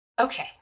Okay